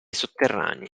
sotterranee